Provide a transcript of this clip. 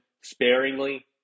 sparingly